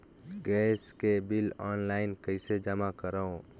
Gas के bill online कइसे जमा करव?